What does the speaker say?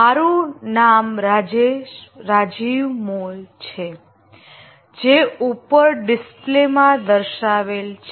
મારું નામ રાજીબ મોલ છે જે ઉપર ડિસ્પ્લેમાં દર્શાવેલ છે